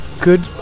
good